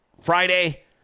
Friday